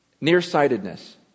Nearsightedness